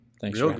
Thanks